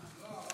לא.